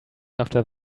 after